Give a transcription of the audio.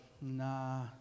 nah